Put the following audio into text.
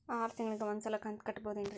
ಆರ ತಿಂಗಳಿಗ ಒಂದ್ ಸಲ ಕಂತ ಕಟ್ಟಬಹುದೇನ್ರಿ?